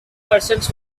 persons